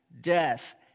death